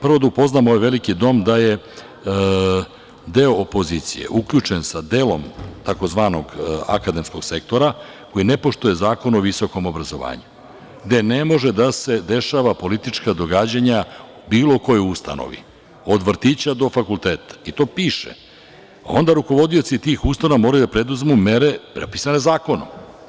Prvo da upoznam ovaj veliki dom da je deo opozicije, uključen sa delom tzv. akademskog sektora, koji ne poštuje Zakon o visokom obrazovanju, gde ne može da se dešava politička događanja u bilo kojoj ustanovi, od vrtića do fakulteta, i to piše, a onda rukovodioci tih ustanova mora da preduzmu mere propisane zakonom.